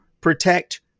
protect